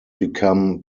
become